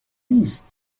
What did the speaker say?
نیست